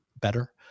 better